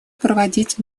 проводить